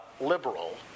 liberal